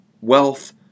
wealth